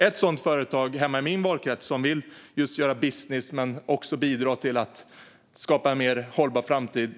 Hemma i min valkrets finns det ett sådant företag som vill just göra business men också bidra till att skapa en mer hållbar framtid.